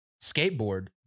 skateboard